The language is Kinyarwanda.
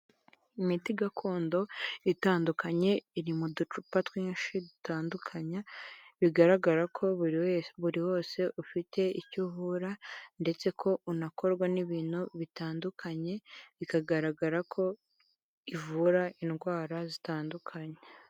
Imiti gakondo itandukanye, iri mu ducupa twinshi dutandukanye, bigaragara ko buri wese buri wose ufite icyo uvura, ndetse ko unakorwa n'ibintu bitandukanye, bikagaragara ko ivura indwara zitandukanye.